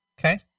Okay